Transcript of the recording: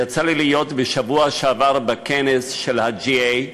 יצא לי להיות בשבוע שעבר בכנס של ה-GA,